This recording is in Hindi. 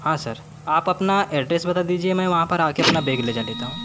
हाँ सर आप अपना एड्रेस बता दीजिए मैं वहाँ पर आ कर अपना बैग लेजा लेता हूँ